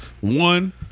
one